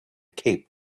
cape